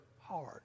hard